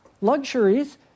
luxuries